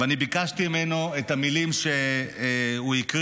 ואני ביקשתי ממנו, את המילים שהוא הקריא,